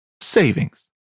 savings